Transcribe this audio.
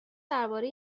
درباره